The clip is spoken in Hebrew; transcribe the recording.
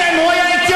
אלא אם הוא היה אתיופי,